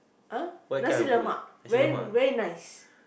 ah nasi-lemak very very nice